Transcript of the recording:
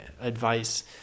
advice